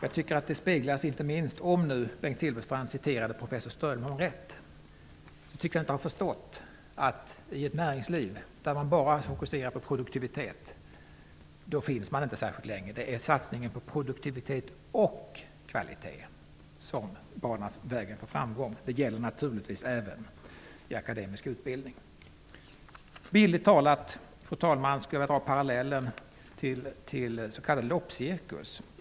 Strömholm rätt tycks han inte ha förstått att man inte finns till särskilt länge i ett näringsliv där man bara fokuserar på produktivitet. Det är satsningen på produktivitet och kvalitet som banar väg för framgången. Det gäller naturligtvis även i akademisk utbildning. Fru talman! Jag skulle bildlikt talat vilja dra parallellen till en s.k. loppcirkus.